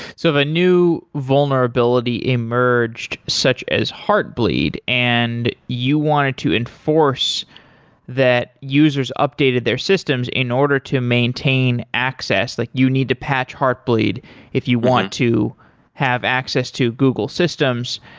so if a new vulnerability emerged, such as heartbleed, and you wanted to enforce that users updated their systems in order to maintain access. like you need to patch heartbleed if you want to have access to google systems,